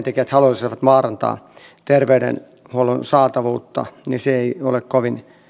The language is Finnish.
tekijät haluaisivat vaarantaa terveydenhuollon saatavuutta se ei ole kovin